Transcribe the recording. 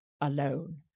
alone